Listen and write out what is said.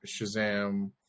Shazam